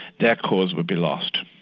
their cause would be lost.